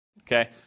okay